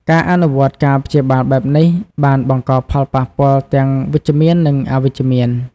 ការអនុវត្តការព្យាបាលបែបនេះ បានបង្កផលប៉ះពាល់ទាំងវិជ្ជមាន និងអវិជ្ជមាន។